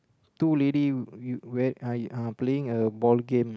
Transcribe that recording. two lady we wear I uh playing a ball game